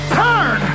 turn